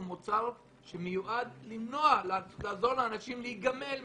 מוצר שנועד לעזור לאנשים להיגמל מהעישון.